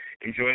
Enjoy